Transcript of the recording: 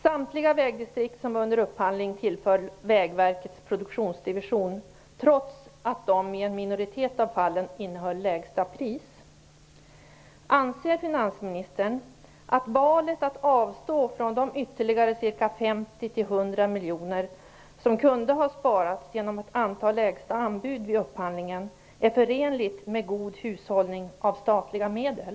Samtliga vägdistrikt tillföll under upphandling Vägverkets produktionsdivision, trots att de i en minoritet av fallen erbjöd lägsta pris. Anser finansministern att valet att avstå från de ytterligare 50-100 miljoner kronor som kunde ha sparats genom att anta lägsta anbud vid upphandlingen är förenligt med god hushållning med statliga medel?